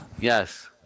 Yes